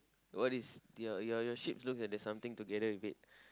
what is your your sheep looks like something together with it